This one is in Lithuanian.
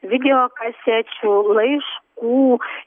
video kasečių laiškų